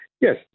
yes